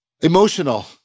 Emotional